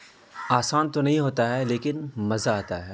آسان تو نہیں ہوتا ہے لیکن مزہ آتا ہے